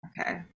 Okay